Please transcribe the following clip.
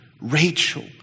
Rachel